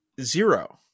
Zero